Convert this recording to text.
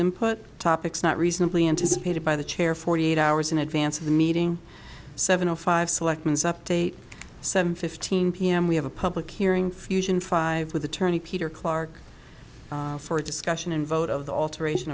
input topics not reasonably anticipated by the chair forty eight hours in advance of the meeting seven o five selections update seven fifteen pm we have a public hearing fusion five with attorney peter clarke for discussion and vote of the alteration